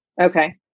Okay